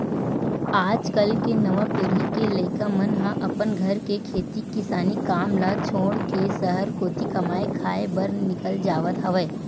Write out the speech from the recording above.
आज कल के नवा पीढ़ी के लइका मन ह अपन घर के खेती किसानी काम ल छोड़ के सहर कोती कमाए खाए बर निकल जावत हवय